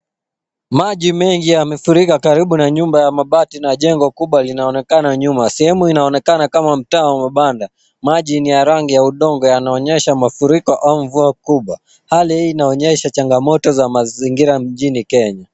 Maji mengi yamefurika karibu na nyumba ya mabati na jengo kubwa linaonekana nyuma. Sehemu inaonekana kama mtaa wa mabanda. Maji ni ya rangi ya udongo yanaonyesha mafuriko au mvua kubwa. Hali hii inaonyesha changamoto za mazingira mjini Kenya.